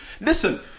listen